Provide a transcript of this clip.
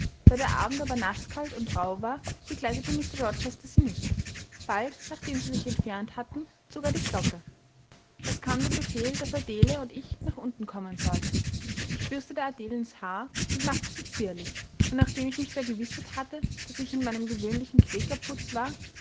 der abend aber naßkalt und rauh war begleitete mr rochester sie nicht bald nachdem sie sich entfernt hatten zog er die glocke es kam der befehl daß adele und ich nach unten kommen sollten ich bürstete adelens haar und machte sie zierlich und nachdem ich mich vergewissert hatte daß ich in meinem gewöhnlichen quäkerputz war